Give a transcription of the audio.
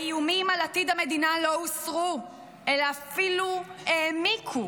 האיומים על עתיד המדינה לא הוסרו אלא אפילו העמיקו.